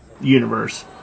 universe